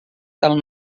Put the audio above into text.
del